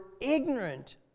ignorant